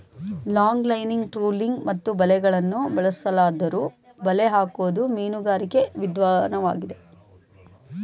longlining trolling ಮತ್ತು ಬಲೆಗಳನ್ನು ಬಳಸಲಾದ್ದರೂ ಬಲೆ ಹಾಕೋದು ಮೀನುಗಾರಿಕೆ ವಿದನ್ವಾಗಿದೆ